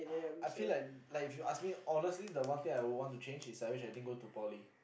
I feel like like if you ask me honestly the one thing I would want to change is I wish I didn't go to poly